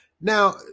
Now